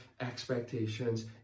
expectations